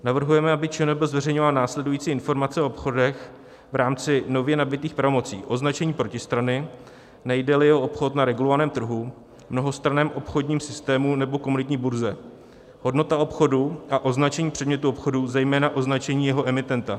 Navrhujeme, aby ČNB zveřejňovala následující informace o obchodech v rámci nově nabytých pravomocí: označení protistrany, nejdeli o obchod na regulovaném trhu, mnohostranném obchodním systému nebo komunitní burze; hodnota obchodu a označení předmětu obchodu, zejména označení jeho emitenta.